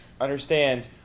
understand